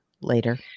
later